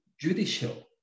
judicial